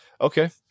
Okay